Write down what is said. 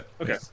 Okay